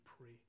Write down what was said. pray